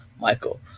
Michael